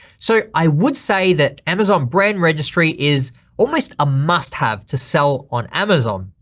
so i would say that amazon brand registry is almost a must have to sell on amazon.